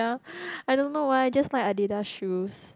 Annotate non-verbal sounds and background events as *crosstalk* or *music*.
*breath* I don't know why I just like Adidas shoes